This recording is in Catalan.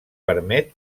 permet